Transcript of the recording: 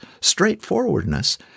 straightforwardness